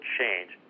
change